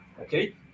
Okay